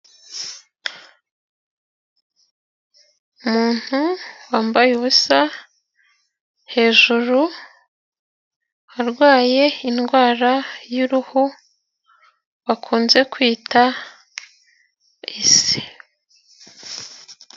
Umuntu wambaye ubusa hejuru, arwaye indwara y'uruhu bakunze kwita ise.